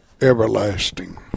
everlasting